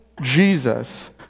Jesus